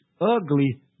ugly